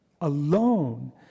alone